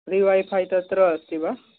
free wifi तत्र अस्ति वा